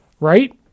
right